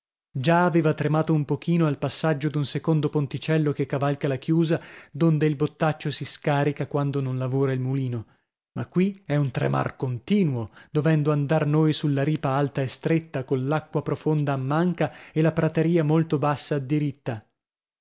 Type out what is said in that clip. già aveva tremato un pochino al passaggio d'un secondo ponticello che cavalca la chiusa donde il bottaccio si scarica quando non lavora il mulino ma qui è un tremar continuo dovendo andar noi sulla ripa alta e stretta coll'acqua profonda a manca e la prateria molto bassa a diritta